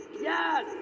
Yes